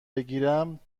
بگیرم